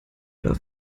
oder